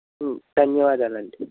ధన్యవాదాలండి